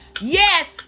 Yes